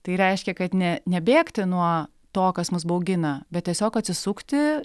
tai reiškia kad ne nebėgti nuo to kas mus baugina bet tiesiog atsisukti